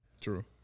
True